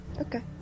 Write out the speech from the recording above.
Okay